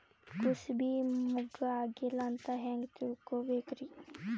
ಕೂಸಬಿ ಮುಗ್ಗ ಆಗಿಲ್ಲಾ ಅಂತ ಹೆಂಗ್ ತಿಳಕೋಬೇಕ್ರಿ?